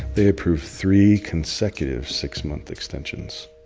they approved three consecutive six-month extensions.